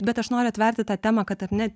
bet aš noriu atverti tą temą kad ar ne